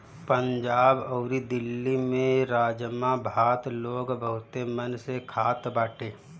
पंजाब अउरी दिल्ली में राजमा भात लोग बहुते मन से खात बाटे